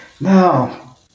Now